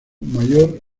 major